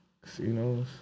casinos